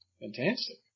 Fantastic